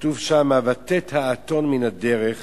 כתוב שם: "ותט האתון מן הדרך